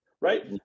right